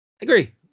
Agree